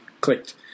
clicked